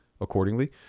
accordingly